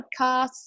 podcasts